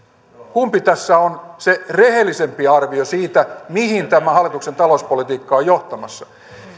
kumpi tässä on se rehellisempi arvio siitä mihin tämä hallituksen talouspolitiikka on johtamassa